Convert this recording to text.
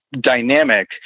dynamic